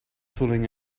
fooling